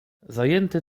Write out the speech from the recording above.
zajęty